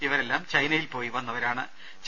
ഇവരെല്ലാം ചൈനയിൽ പോയി വന്നവരാ ണ്